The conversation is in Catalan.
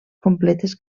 completes